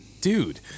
dude